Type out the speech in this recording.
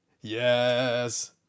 Yes